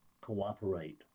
cooperate